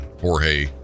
Jorge